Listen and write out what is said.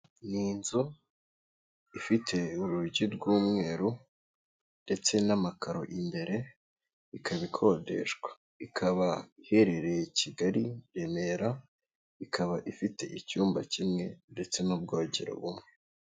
Ni inzu ifite urugi rw'umweru ndetse n'amakaro imbere ikaba ikodeshwa, ikaba iherereye i Kigali i Remera, ikaba ifite icyumba kimwe ndetse n'ubwogero bumwe.